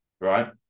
right